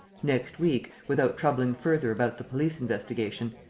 next week, without troubling further about the police investigation,